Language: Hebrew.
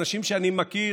אנשים שאני מכיר,